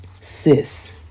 Sis